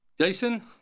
Jason